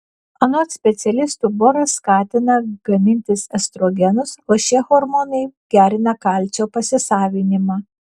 anot specialistų boras skatina gamintis estrogenus o šie hormonai gerina kalcio pasisavinimą